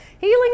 Healing